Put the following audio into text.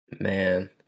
Man